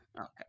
Okay